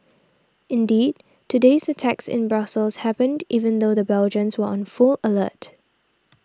indeed today's attacks in Brussels happened even though the Belgians were on full alert